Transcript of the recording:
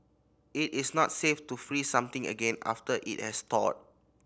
it is not safe to freeze something again after it has thawed